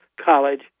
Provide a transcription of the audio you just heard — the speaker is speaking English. college